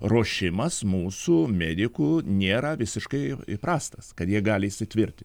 ruošimas mūsų medikų nėra visiškai prastas kad jie gali įsitvirti